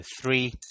three